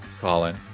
Colin